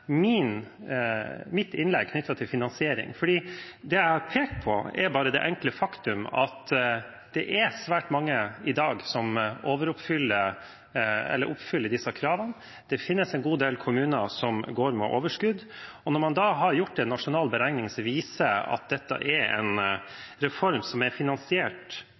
mitt innlegg knyttet til finansiering. Jeg har bare pekt på det enkle faktum at svært mange i dag oppfyller disse kravene, og det finnes en god del kommuner som går med overskudd. Når man har foretatt en nasjonal beregning som viser at dette er en reform som er finansiert